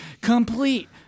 complete